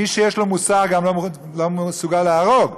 מי שיש לו מוסר גם לא מסוגל להרוג,